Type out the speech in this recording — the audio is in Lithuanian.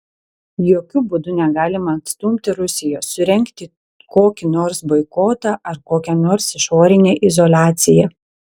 jokiu būdu negalima atstumti rusijos surengti kokį nors boikotą ar kokią nors išorinę izoliaciją